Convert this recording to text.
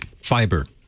Fiber